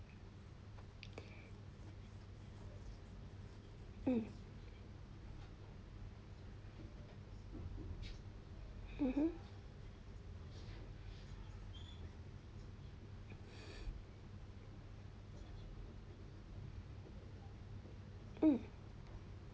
mm mmhmm mm